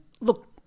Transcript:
look